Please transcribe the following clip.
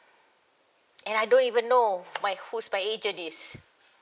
and I don't even know my who is my agent is